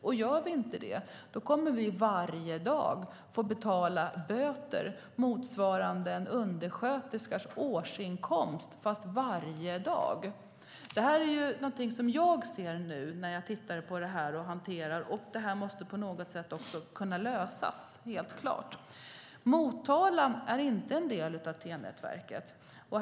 Om vi inte gör det kommer vi varje dag att få betala böter motsvarande en undersköterskas årsinkomst - fast varje dag! Detta är någonting som jag ser nu när jag tittar på det här och hanterar det. Det måste på något sätt också kunna lösas; det är helt klart. Motala är inte en del av TEN-T-nätverket.